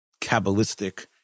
Kabbalistic